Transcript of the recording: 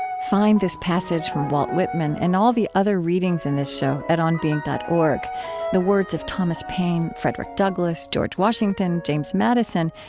find this passage from walt whitman and all the other readings in this show at onbeing dot org the words of thomas paine, frederick douglass, george washington, james madison,